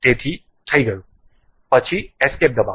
તેથી થઈ ગયું પછી એસ્કેપ દબાવો